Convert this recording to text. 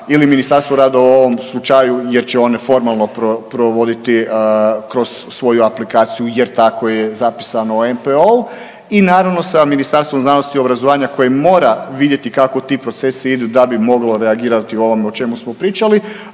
ili Ministarstvo rada u ovom slučaju jer će one formalno provoditi kroz svoju aplikaciju jer tako je napisano u NPO-u i naravno sa Ministarstvom znanosti i obrazovanja koje mora vidjeti kako ti procesi idu da bi moglo reagirati u ovom o čemu smo pričali.